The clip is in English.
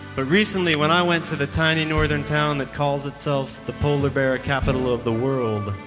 ah recently, when i went to the tiny northern town that calls itself the polar bear capital of the world,